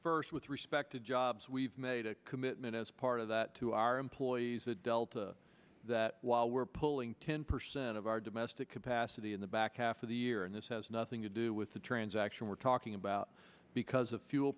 first with respect to jobs we've made a commitment as part of that to our employees that delta while we're pulling ten percent of our domestic capacity in the back half of the year and this has nothing to do with the transaction we're talking about because of fuel